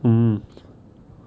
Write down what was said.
mm